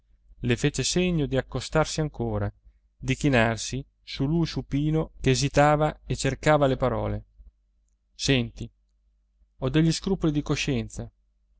le fece segno di accostarsi ancora di chinarsi su lui supino che esitava e cercava le parole senti ho degli scrupoli di coscienza